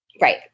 Right